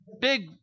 Big